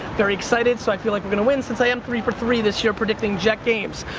very excited, so i feel like we're going to win, since i am three for three this year predicting jet games.